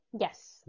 Yes